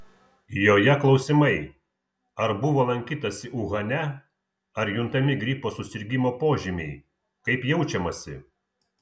joje klausimai ar buvo lankytasi uhane ar juntami gripo susirgimo požymiai kaip jaučiamasi